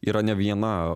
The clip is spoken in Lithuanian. yra ne viena